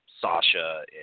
Sasha